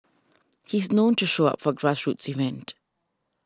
he is known to show up for grassroots event